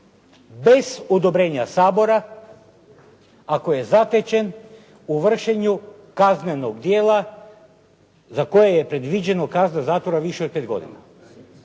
bez odobrenja Sabora ako je zatečen u vršenju kaznenog djela za koje je predviđena kazna zatvora više od pet godina.